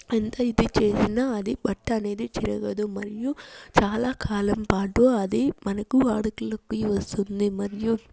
ఎంత ఇది చేసినా అది బట్ట అనేది చిరగదు మరియు చాలాకాలం పాటు అది మనకు వాడుకలోకి వస్తుంది మరియు